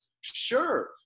Sure